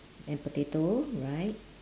and potato right